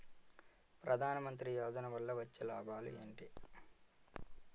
ప్రధాన మంత్రి యోజన వల్ల వచ్చే లాభాలు ఎంటి?